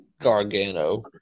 Gargano